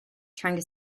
trying